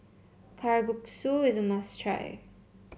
kalguksu is a must try